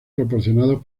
proporcionados